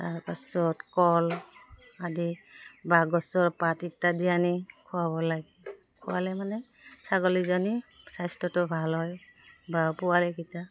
তাৰপাছত কল আদি বা গছৰ পাত ইত্যাদি আনি খোৱাব লাগে খোৱালে মানে ছাগলীজনী স্বাস্থ্যটো ভাল হয় বা পোৱালিকেইটা